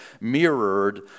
mirrored